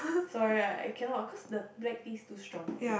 sorry I cannot ah cause the black tea is too strong for me